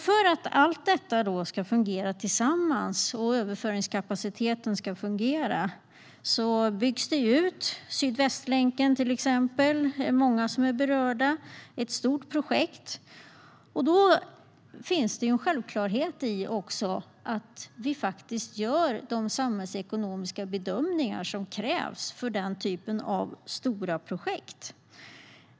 För att allt detta ska fungera tillsammans och överföringskapaciteten ska fungera byggs det ut, till exempel i och med Sydvästlänken som många är berörda av. Det är ett stort projekt. Då finns det också en självklarhet i att vi faktiskt också gör de samhällsekonomiska bedömningar som krävs för den typen av stora projekt.